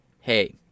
hey